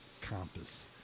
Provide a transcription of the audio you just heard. Compass